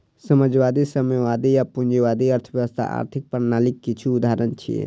समाजवादी, साम्यवादी आ पूंजीवादी अर्थव्यवस्था आर्थिक प्रणालीक किछु उदाहरण छियै